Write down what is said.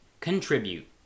Contribute